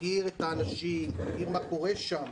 תכיר את האנשים, תכיר מה קורה שם.